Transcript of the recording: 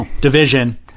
division